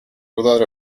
without